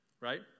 right